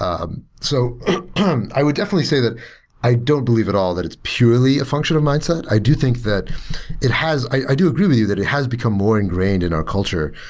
um so um i would definitely say that i don't believe at all that it's purely a function of mindset. i do think that it has i i do agree with you that it has become more ingrained in our culture,